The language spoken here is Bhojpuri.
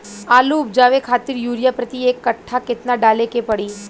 आलू उपजावे खातिर यूरिया प्रति एक कट्ठा केतना डाले के पड़ी?